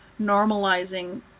normalizing